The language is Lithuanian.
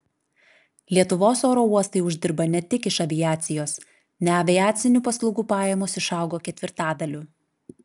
lietuvos oro uostai uždirba ne tik iš aviacijos neaviacinių paslaugų pajamos išaugo ketvirtadaliu